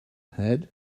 head